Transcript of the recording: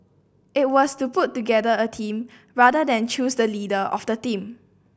it was to put together a team rather than choose the leader of the team